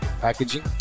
packaging